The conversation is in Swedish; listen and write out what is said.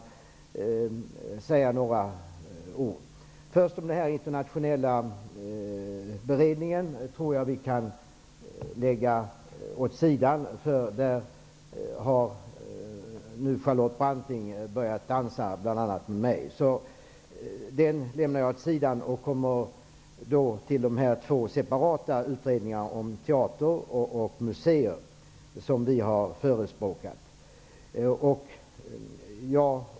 Frågan om utredningen om internationaliseringen av kulturen tror jag att vi kan lägga åt sidan, för på det området har nu Charlotte Branting börjat dansa bl.a. med mig. Jag lämnar det ämnet åt sidan, och kommer då till de två separata utredningar om teater och museum som vi i Ny demokrati har förespråkat.